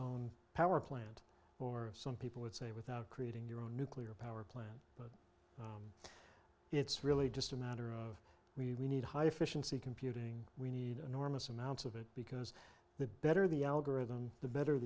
own power plant or some people would say without creating your own nuclear power plant butt it's really just a matter of we we need high efficiency computing we need enormous amounts of it because the better the algorithm the better